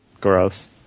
Gross